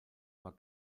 aber